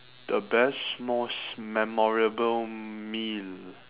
the best most memorable meal